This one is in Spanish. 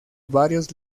varios